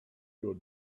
your